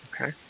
Okay